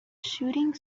shooting